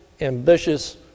ambitious